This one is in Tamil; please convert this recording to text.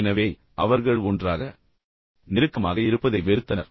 எனவே அவர்கள் ஒன்றாக நெருக்கமாக இருப்பதை வெறுத்தனர்